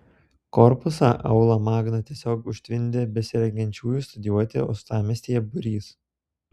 korpusą aula magna tiesiog užtvindė besirengiančiųjų studijuoti uostamiestyje būrys